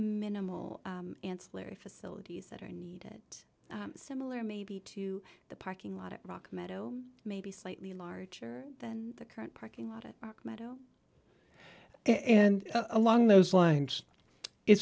minimal ancillary facilities that are needed similar maybe to the parking lot at rock meadow maybe slightly larger than the current parking lot at meadow and along those lines it